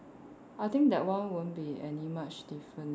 I think that one won't be any much difference